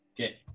Okay